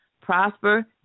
prosper